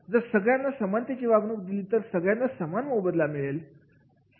जर सगळ्यांना समानतेची वागणूक दिली तर सगळ्यांना समान मोबदला मिळेल